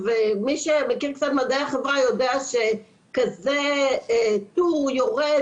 מי שמכיר קצת מדעי החברה יודע שכזה טור יורד